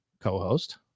co-host